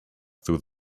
through